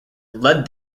led